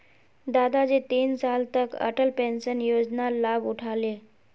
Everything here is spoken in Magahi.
दादाजी तीन साल तक अटल पेंशन योजनार लाभ उठा ले